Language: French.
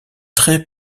très